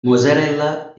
mozzarella